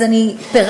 אז אני פירטתי,